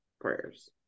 prayers